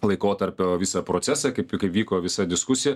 laikotarpio visą procesą kaip kaip vyko visa diskusija